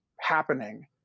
happening